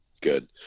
good